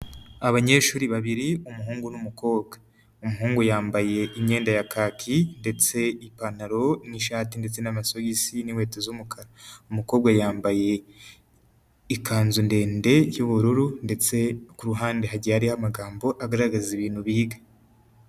Abanyeshuri babiri umuhungu n'umukobwa, umuhungu yambaye imyenda ya kaki ndetse ipantaro n'ishati ndetse n'amasogisi n'inkweto z'umukara, umukobwa yambaye ikanzu ndende y'ubururu ndetse kuruhande hagiye harihoyo amagambo agaragaza ibintu biga.